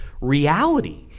reality